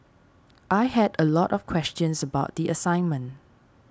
I had a lot of questions about the assignment